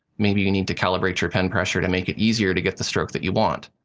maybe you need to calibrate your pen pressure to make it easier to get the stroke that you want.